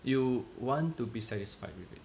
you want to be satisfied with it